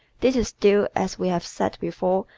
this is due, as we have said before,